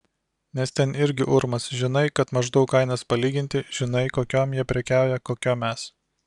nes ten irgi urmas žinai kad maždaug kainas palyginti žinai kokiom jie prekiauja kokiom mes